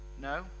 No